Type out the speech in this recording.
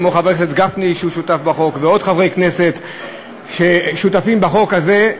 כמו חבר הכנסת גפני שהוא שותף בחוק ועוד חברי כנסת ששותפים בחוק הזה.